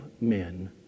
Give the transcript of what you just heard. men